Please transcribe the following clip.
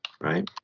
right